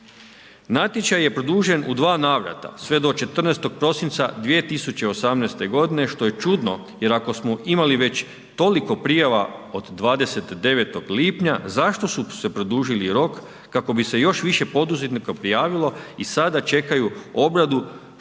Natječaj je produžen u dva navrata sve do 14. prosinca 2018. godine što je čudno jer ako smo imali već toliko prijava od 29. lipnja zašto su se produžili rok kako bi se još više poduzetnika prijavilo i sada čekaju obradu